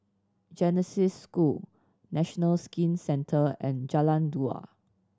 Genesis School National Skin Centre and Jalan Dua